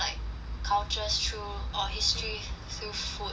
cultures through or history through food